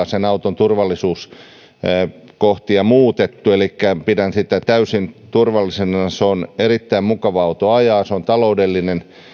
sen auton turvallisuuskohtia ei ole millään lailla muutettu elikkä pidän sitä täysin turvallisena se on erittäin mukava auto ajaa se on taloudellinen